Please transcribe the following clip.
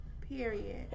Period